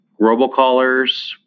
robocallers